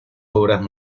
obras